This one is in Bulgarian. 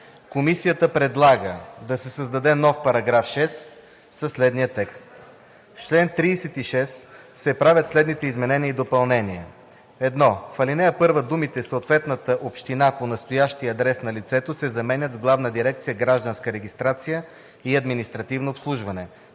Комисията предлага да се създаде нов § 6: „§ 6. В чл. 36 се правят следните изменения и допълнения: 1. В ал. 1 думите „съответната община по настоящия адрес на лицето“ се заменят с „Главна дирекция „Гражданска регистрация и административно обслужване“